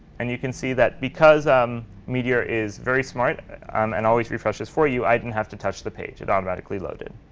and you can see that because um meteor is very smart um and always refreshes for you, i didn't have to touch the page. it automatically loaded.